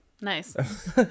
Nice